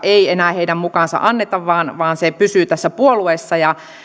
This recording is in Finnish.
ei enää heidän mukaansa anneta vaan vaan se pysyy tässä puolueessa